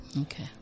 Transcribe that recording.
Okay